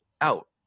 out